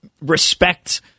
respect